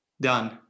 Done